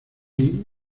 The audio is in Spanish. muy